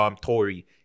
Tory